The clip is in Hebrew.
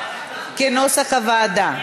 כנוסח הוועדה,